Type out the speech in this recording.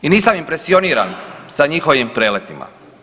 I nisam impresioniran sa njihovim preletima.